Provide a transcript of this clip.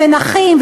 נכים,